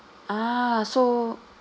ah so